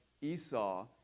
Esau